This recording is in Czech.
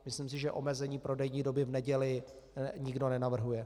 Myslím si, že omezení prodejní doby v neděli nikdo nenavrhuje.